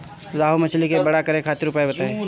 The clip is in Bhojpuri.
रोहु मछली के बड़ा करे खातिर उपाय बताईं?